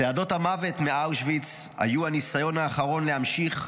צעדות המוות מאושוויץ היו הניסיון האחרון להמשיך,